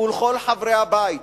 ולכל חברי הבית: